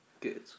Good